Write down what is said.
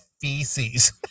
feces